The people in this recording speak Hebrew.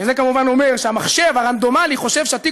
שזה כמובן אומר שהמחשב הרנדומלי חושב שהתיק